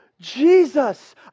Jesus